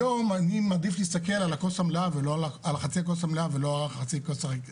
היום אני מעדיף להסתכל על חצי הכוס המלאה ולא על חצי הכוס הריקה.